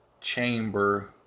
chamber